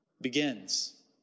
begins